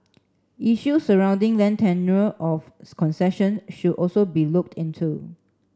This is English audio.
issue surrounding land tenure of concession should also be looked into